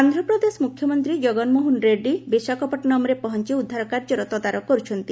ଆନ୍ଧ୍ରପ୍ରଦେଶ ମୁଖ୍ୟମନ୍ତ୍ରୀ ଜଗନମୋହନ ରେଡ୍ରୀ ବିଶାଖାପଟନମ୍ରେ ପହଞ୍ଚୁ ଉଦ୍ଧାର କାର୍ଯ୍ୟର ତଦାରଖ କରୁଛନ୍ତି